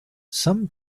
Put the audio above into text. some